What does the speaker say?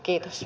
kiitos